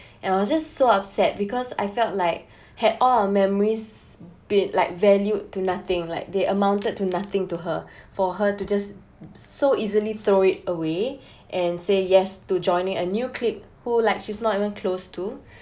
I was just so upset because I felt like had all our memories been like valued to nothing like they amounted to nothing to her for her to just so easily throw it away and say yes to joining a new clique who like she is not even close to